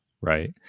right